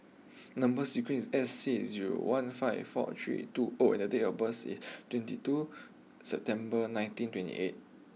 number sequence is S six zero one five four three two O and date of birth is twenty two September nineteen twenty eight